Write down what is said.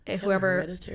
whoever